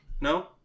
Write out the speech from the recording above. No